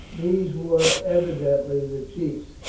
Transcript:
these were evidently the chiefs.